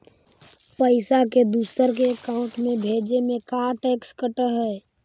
पैसा के दूसरे के अकाउंट में भेजें में का टैक्स कट है?